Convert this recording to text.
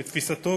לתפיסתו,